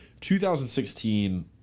2016